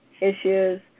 issues